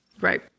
Right